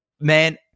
Man